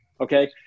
okay